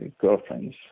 girlfriends